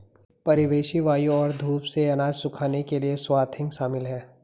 परिवेशी वायु और धूप से अनाज सुखाने के लिए स्वाथिंग शामिल है